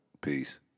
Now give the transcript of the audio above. Peace